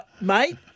Mate